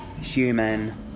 human